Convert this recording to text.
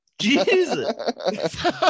Jesus